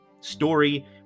Story